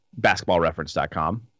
basketballreference.com